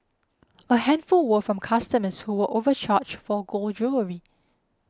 a handful were from customers who were overcharged for gold jewellery